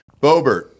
bobert